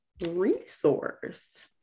Resource